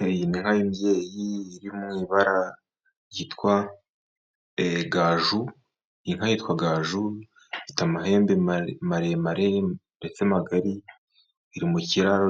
Iyi ni inka y'imbyeyi iri mu ibara ryitwa igaju, inka yitwa gaju ifite amahembe maremare ndetse magari, iri mu kiraro